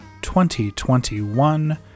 2021